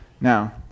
now